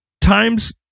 times